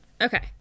okay